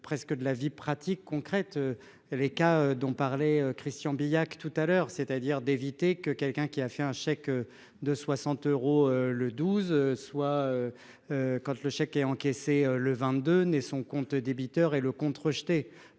presque de la vie pratique, concrète et les cas dont parlait Christian Billac tout à l'heure, c'est-à-dire d'éviter que quelqu'un qui a fait un chèque de 60 euros le 12 soit. Quand le chèque est encaissé le 22 né son compte débiteur et le compte rejetée